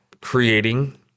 creating